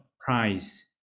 price